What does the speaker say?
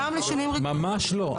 ממש לא.